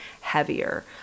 heavier